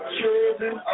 children